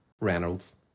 Reynolds